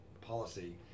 policy